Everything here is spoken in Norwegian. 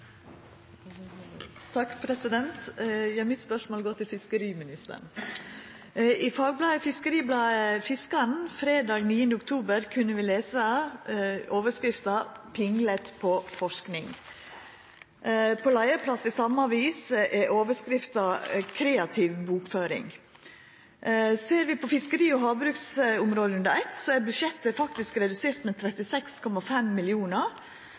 Mitt spørsmål går til fiskeriministeren: I FiskeribladetFiskaren fredag 9. oktober kunne vi lesa overskrifta «Pinglet på forskning». På leiarplass i same avis er overskrifta «Kreativ bokføring». Ser vi fiskeri- og havbruksområdet under eitt, er budsjettet faktisk redusert med 36,5